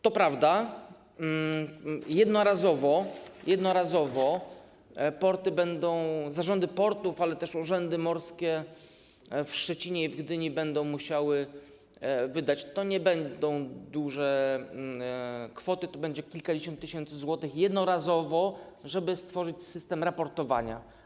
To prawda, jednorazowo porty, zarządy portów, ale też urzędy morskie w Szczecinie i Gdyni będą musiały wydać pieniądze - to nie będą duże kwoty, to będzie kilkadziesiąt tysięcy złotych jednorazowo - żeby stworzyć system raportowania.